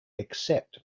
except